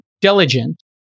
diligent